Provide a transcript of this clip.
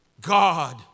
God